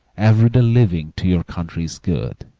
every-day living to your country's good.